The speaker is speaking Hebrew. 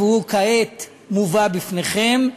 והוא כעת מובא בפניכם,